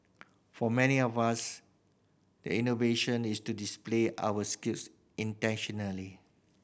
for many of us the innovation is to display our skills intentionally